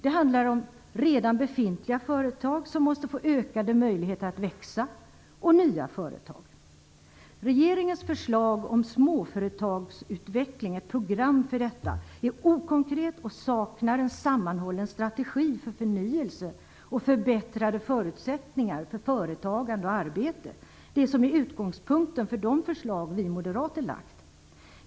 Det handlar både om redan befintliga företag, som måste få ökade möjligheter att växa, och nya företag. Regeringens förslag om program för småföretagsutveckling är inte alls konkret och saknar en sammanhållen strategi för förnyelse och förbättrade förutsättningar för företagande och arbete - det som är utgångspunkten för de förslag vi moderater har lagt fram.